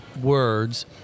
words